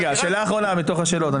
שאלה אחרונה מתוך השאלות.